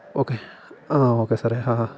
okay ആ okay സാറേ ആ ആ